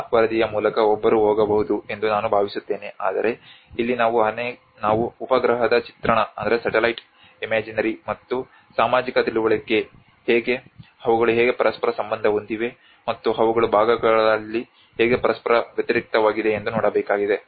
ಆ ವರದಿಯ ಮೂಲಕ ಒಬ್ಬರು ಹೋಗಬಹುದು ಎಂದು ನಾನು ಭಾವಿಸುತ್ತೇನೆ ಆದರೆ ಇಲ್ಲಿ ನಾವು ಉಪಗ್ರಹ ಚಿತ್ರಣ ಮತ್ತು ಸಾಮಾಜಿಕ ತಿಳುವಳಿಕೆ ಹೇಗೆ ಅವುಗಳು ಹೇಗೆ ಪರಸ್ಪರ ಸಂಬಂಧ ಹೊಂದಿವೆ ಮತ್ತು ಅವುಗಳು ಭಾಗಗಳಲ್ಲಿ ಹೇಗೆ ಪರಸ್ಪರ ವ್ಯತಿರಿಕ್ತವಾಗಿದೆ ಎಂದು ನೋಡಬೇಕಾಗಿದೆ